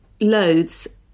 Loads